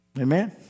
Amen